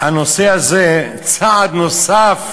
שהנושא הזה הוא צעד נוסף